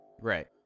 right